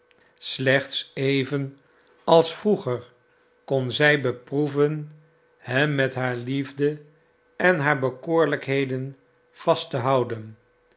slechts even als vroeger kon zij beproeven hem met haar liefde en haar bekoorlijkheden vast te houden